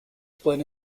split